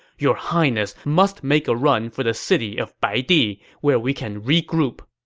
your highness must make a run for the city of baidi, where we can regroup!